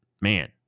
man